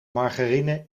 margarine